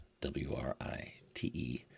W-R-I-T-E